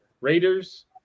Raiders